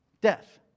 Death